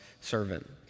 servant